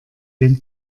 den